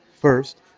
First